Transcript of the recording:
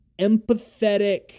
empathetic